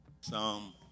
Psalm